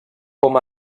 com